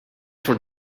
for